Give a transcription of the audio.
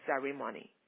ceremony